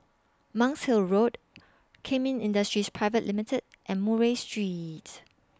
Monk's Hill Road Kemin Industries Pivate Limited and Murray Street